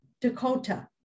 Dakota